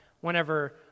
whenever